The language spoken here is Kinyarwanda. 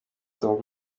tom